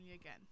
again